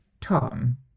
Tom